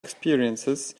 experiences